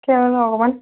তাকে বোলো অকণমান